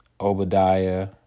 Obadiah